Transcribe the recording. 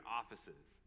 offices